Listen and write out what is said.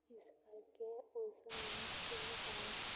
ਇਸ ਕਰਕੇ ਉਸ ਨੂੰ ਤਿੰਨ ਚਾਰ